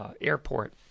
airport